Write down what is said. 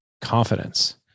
confidence